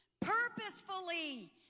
purposefully